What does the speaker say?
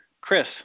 Chris